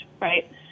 right